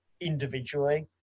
individually